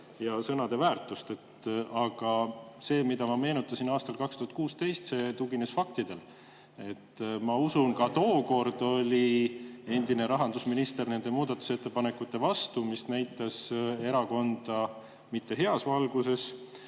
ja sõnade väärtust. Aga see, mida ma meenutasin aasta 2016 kohta, see tugines faktidele. Ma usun, et ka tookord oli endine rahandusminister nende muudatusettepanekute vastu, kuna see näitas erakonda mitte heas valguses.